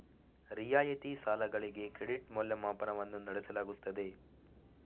ರಿಯಾಯಿತಿ ಸಾಲಗಳಿಗೆ ಕ್ರೆಡಿಟ್ ಮೌಲ್ಯಮಾಪನವನ್ನು ನಡೆಸಲಾಗುತ್ತದೆ